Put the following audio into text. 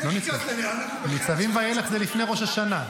ניצבים וילך זה לפני ראש השנה.